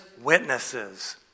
witnesses